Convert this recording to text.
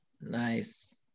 Nice